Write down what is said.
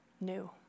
new